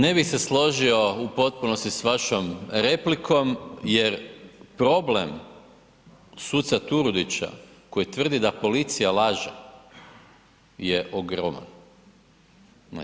Ne bih se složio u potpunosti sa vašom replikom jer problem suca Turudića koji tvrdi da policija laže je ogromna.